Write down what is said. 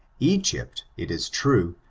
egypt, it is true,